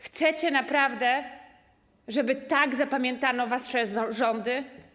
Chcecie naprawdę, żeby tak zapamiętano wasze rządy?